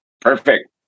Perfect